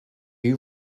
you